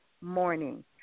morning